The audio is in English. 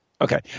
Okay